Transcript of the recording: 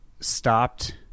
stopped